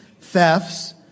thefts